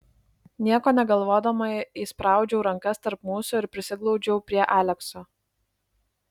nieko negalvodama įspraudžiau rankas tarp mūsų ir prisiglaudžiau prie alekso